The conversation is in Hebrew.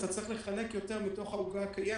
אתה צריך לחלק יותר מתוך העוגה הקיימת,